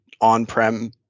on-prem